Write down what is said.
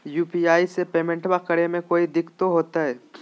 UPI से पेमेंटबा करे मे कोइ दिकतो होते?